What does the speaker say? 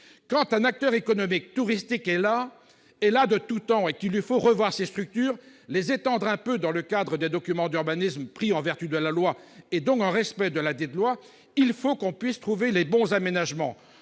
Quand un acteur économique ou touristique est là de tout temps et qu'il lui faut revoir ses structures, les étendre un peu dans le cadre des documents d'urbanisme pris en vertu de la loi, donc dans le respect de ladite loi, il faut qu'on puisse trouver les bons aménagements.